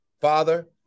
Father